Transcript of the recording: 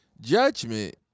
judgment